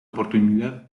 oportunidad